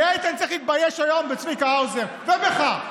כי איתן צריך להתבייש היום בצביקה האוזר ובך,